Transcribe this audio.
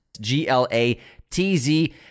G-L-A-T-Z